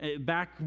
back